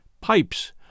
pipes